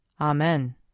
Amen